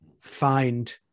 find